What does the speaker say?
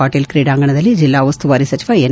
ಪಾಟೀಲ್ ಕ್ರೀಡಾಂಗಣದಲ್ಲಿ ಜಿಲ್ಲಾಉಸ್ತುವಾರಿ ಸಚಿವ ಎನ್